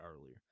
earlier